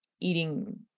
eating